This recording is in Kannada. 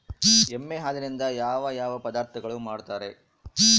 ಎಮ್ಮೆ ಹಾಲಿನಿಂದ ಯಾವ ಯಾವ ಪದಾರ್ಥಗಳು ಮಾಡ್ತಾರೆ?